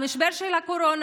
המשבר של הקורונה,